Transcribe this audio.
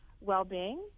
well-being